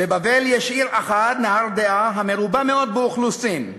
"בבבל יש עיר אחת, נהרדעא, המרובה מאוד באוכלוסין,